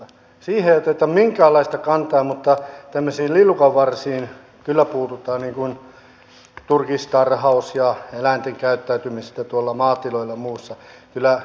siihen ei oteta minkäänlaista kantaa mutta tämmöisiin lillukanvarsiin kyllä puututaan niin kuin turkistarhaus ja eläinten käyttäytyminen tuolla maatiloilla ja muuta